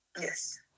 Yes